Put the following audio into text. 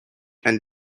and